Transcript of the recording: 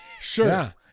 sure